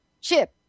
Chip